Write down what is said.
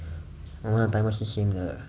我们的 timer 是新的